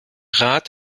rat